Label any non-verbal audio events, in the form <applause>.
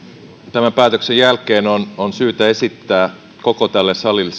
tämän päätöksen jälkeen on on syytä esittää koko tälle salille <unintelligible>